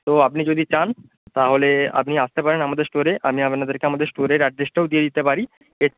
তো আপনি যদি চান তাহলে আপনি আসতে পারেন আমাদের স্টোরে আমি আপনাদেরকে আমাদের স্টোরের অ্যাড্রেসটাও দিয়ে দিতে পারি এর